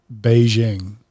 Beijing